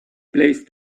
placed